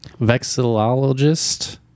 Vexillologist